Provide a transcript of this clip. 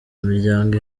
imiryango